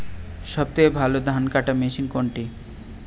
সবথেকে ভালো ধানকাটা মেশিন কোনটি?